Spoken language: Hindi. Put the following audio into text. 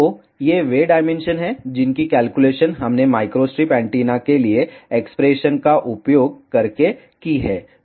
तो ये वे डायमेंशन हैं जिनकी कैलकुलेशन हमने माइक्रोस्ट्रिप एंटीना के लिए एक्सप्रेशन का उपयोग करके की है